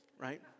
right